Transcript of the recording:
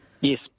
Yes